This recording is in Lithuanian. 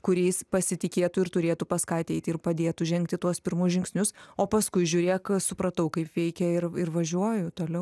kuriais pasitikėtų ir turėtų pas ką ateiti ir padėtų žengti tuos pirmus žingsnius o paskui žiūrėk supratau kaip veikia ir ir važiuoju toliau